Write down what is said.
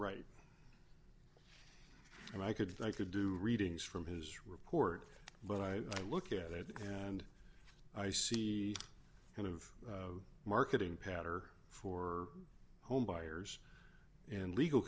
right and i could i could do readings from his report but i look at it and i see kind of marketing patter for home buyers and legal